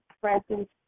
presence